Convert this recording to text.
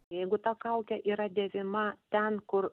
jeigu ta kaukė yra dėvima ten kur